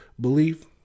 belief